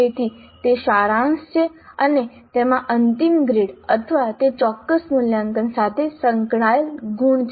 તેથી તે સારાંશ છે અને તેમાં અંતિમ ગ્રેડ અથવા તે ચોક્કસ મૂલ્યાંકન સાથે સંકળાયેલ ગુણ છે